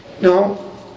No